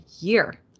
year